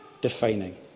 defining